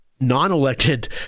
non-elected